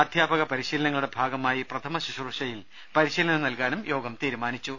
അധ്യാപക പരിശീലനങ്ങളുടെ ഭാഗമായി പ്രഥമ ശുശ്രൂഷയിൽ പരി ശീലനം നൽകാനും യോഗം തീരുമാനിച്ചു